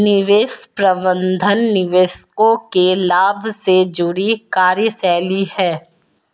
निवेश प्रबंधन निवेशकों के लाभ से जुड़ी कार्यशैली है